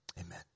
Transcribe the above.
Amen